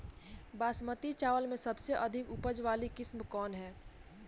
बासमती चावल में सबसे अधिक उपज वाली किस्म कौन है?